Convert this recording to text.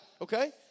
Okay